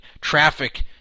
traffic